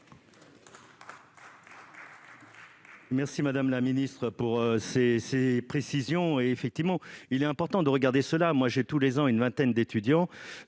Merci madame la ministre, pour ces ces précisions et effectivement il est important de regarder cela, moi j'ai tous les ans une vingtaine d'étudiants,